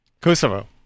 Kosovo